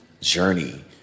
journey